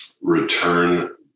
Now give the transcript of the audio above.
return